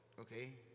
okay